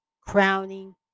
crowning